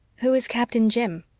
who is captain jim?